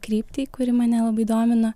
kryptį kuri mane labai domino